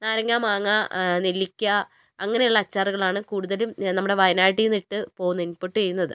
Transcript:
നാരങ്ങ മാങ്ങ നെല്ലിക്ക അങ്ങനെയുള്ള അച്ചാറുകളാണ് കൂടുതലും നമ്മുടെ വയനാട്ടിൽ നിന്നിട്ട് പോകുന്നത് ഇൻപുട് ചെയ്യുന്നത്